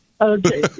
Okay